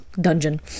dungeon